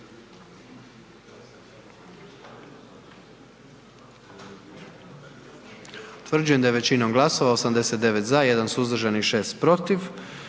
Utvrđujem da je većinom glasova 99 za i 1 suzdržani donijet